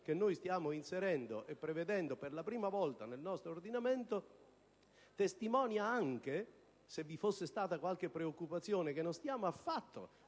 che stiamo inserendo e prevedendo per la prima volta nel nostro ordinamento testimonia anche, se vi fosse stata qualche preoccupazione, che non stiamo affatto